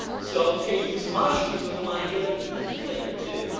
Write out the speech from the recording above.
so they use mushrooms when they wanna get a beef flavor, too.